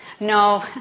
No